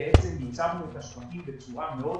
בזה בעצם ייצבנו את השווקים בצורה מאוד